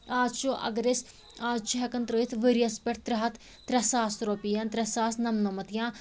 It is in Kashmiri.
آز چھُ اگر أسۍ آز چھِ ہٮ۪کان ترٛٲیِتھ ؤریَس پٮ۪ٹھ ترٛےٚ ہتھ ترٛےٚ ساس رۄپیہِ یا ترٛےٚ ساس نَمنَمت یا